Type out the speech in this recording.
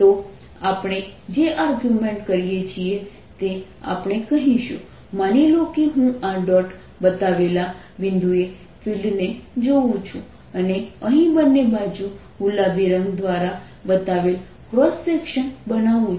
તો આપણે જે આર્ગ્યુમેન્ટ કરીએ છીએ તે આપણે કહીશું માની લો કે હું આ ડોટ બતાવેલા બિંદુએ ફિલ્ડને જોઉં છું અને અહીં બંને બાજુ ગુલાબી રંગ દ્વારા બતાવેલ ક્રોસ સેક્શન બનાવું છું